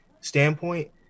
standpoint